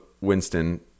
Winston